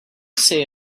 say